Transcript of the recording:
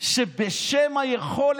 זה מה שהם עושים באופן שיטתי.